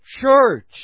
church